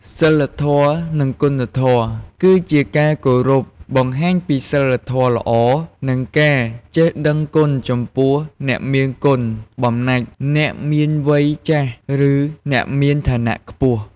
សីលធម៌ និងគុណធម៌គឺជាការគោរពបង្ហាញពីសីលធម៌ល្អ និងការចេះដឹងគុណចំពោះអ្នកមានគុណបំណាច់ អ្នកមានវ័យចាស់ ឬអ្នកមានឋានៈខ្ពស់។